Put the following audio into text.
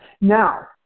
Now